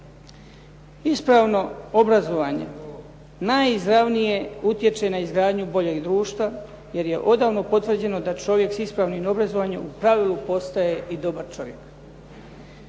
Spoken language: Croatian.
Ispravno obrazovanje naizravnije utječe na izgradnju boljeg društva jer je odavno potvrđeno da čovjek sa ispravnim obrazovanjem u pravilu postaje i dobar čovjek.